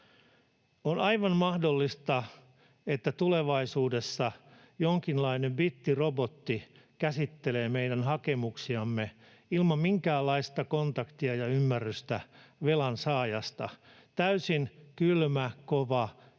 On aivan mahdollista, että tulevaisuudessa jonkinlainen bittirobotti käsittelee meidän hakemuksiamme ilman minkäänlaista kontaktia ja ymmärrystä velan saajasta — täysin kylmä ja kova, ilman